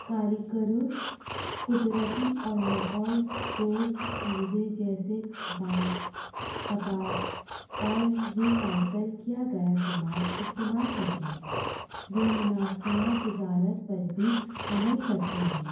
کاریگروں قدرتی اور ماحول دوست چیزیں جیسے پاس کپاس اور ریسائیکل کیا گیا سامان استعمال کرتے ہیں وہ مناسب تجارت پر بھی عمل کرتے ہیں